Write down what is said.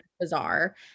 bizarre